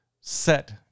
set